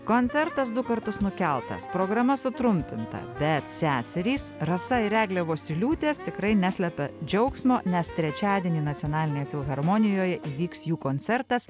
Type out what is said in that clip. koncertas du kartus nukeltas programa sutrumpinta bet seserys rasa ir eglė vosyliūtės tikrai neslepia džiaugsmo nes trečiadienį nacionalinėje filharmonijoje įvyks jų koncertas